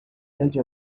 edge